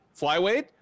flyweight